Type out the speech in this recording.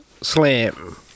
Slam